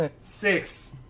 six